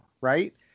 right